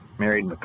married